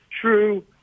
true